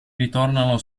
ritornano